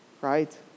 right